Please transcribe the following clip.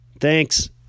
Thanks